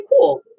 cool